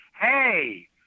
Hey